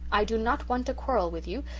i do not want to quarrel with you,